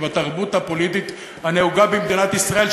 היא בתרבות הפוליטית הנהוגה במדינת ישראל,